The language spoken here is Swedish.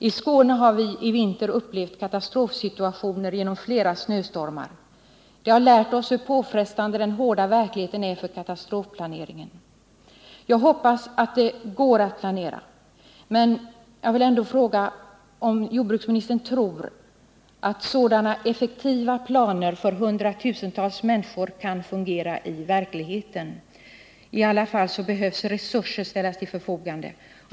I Skåne har vi i vinter upplevt katastrofsituationer genom flera snöstormar, vilket har lärt oss hur påfrestande den hårda verkligheten är för katastrofplaneringar. Jag hoppas att det går att planera, men jag vill ändå fråga om jordbruksministern tror att sådana effektiva planer för hundratusentals människor kan fungera i verkligheten. I alla fall behöver resurser ställas till förfogande.